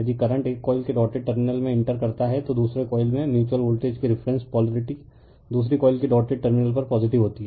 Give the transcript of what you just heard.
यदि करंट एक कॉइल के डॉटेड टर्मिनल में इंटर करता है तो दूसरे कॉइल में म्यूच्यूअल वोल्टेज की रिफरेन्स पोलरिटी दूसरी कॉइल के डॉटेड टर्मिनल पर पॉजिटिव होती है